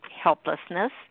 helplessness